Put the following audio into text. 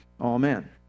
Amen